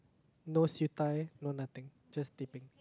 no siew dai no nothing just teh peng